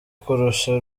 kurusha